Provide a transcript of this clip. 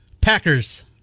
Packers